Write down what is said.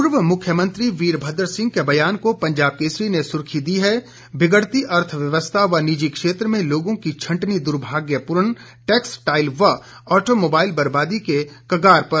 पूर्व मुख्यमंत्री वीरभद्र सिंह के बयान को पंजाब केसरी ने सुर्खी दी है बिगड़ती अर्थव्यवस्था व निजी क्षेत्र में लोगों की छंटनी दुर्भाग्यपूर्ण टैक्सटाइल व ऑटोमोबाइल बर्बादी के कगार पर